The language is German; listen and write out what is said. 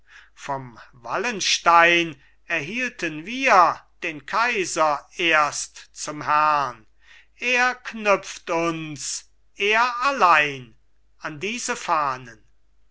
vom wallenstein erhielten wir den kaiser erst zum herrn er knüpft uns er allein an diese fahnen